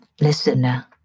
listener